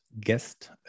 guest